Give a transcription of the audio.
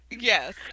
Yes